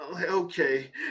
Okay